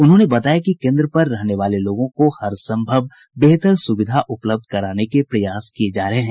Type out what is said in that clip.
उन्होंने बताया कि केन्द्र पर रहने वाले लोगों को हर सम्भव बेहतर सुविधा उपलब्ध कराने के प्रयास किये जा रहे हैं